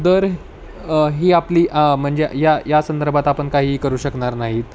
दर ह् ही आपली म्हणजे या या संदर्भात आपण काहीही करू शकणार नाहीत